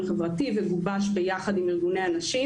חברתי וגובש ביחד עם ארגוני הנשים.